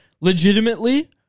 Legitimately